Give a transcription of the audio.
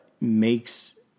makes